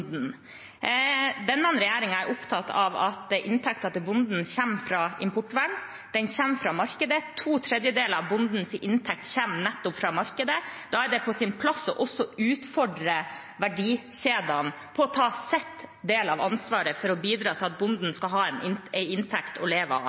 Denne regjeringen er opptatt av at inntekten til bonden kommer fra importvern. Den kommer fra markedet. To tredjedeler av bondens inntekt kommer nettopp fra markedet. Da er det på sin plass også å utfordre verdikjedene på å ta sin del av ansvaret for å bidra til at